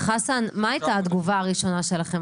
חסן, מה הייתה התגובה התקשורתית הראשונה שלכם?